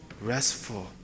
restful